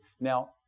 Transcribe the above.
Now